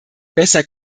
besser